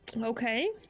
Okay